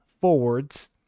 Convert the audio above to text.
forwards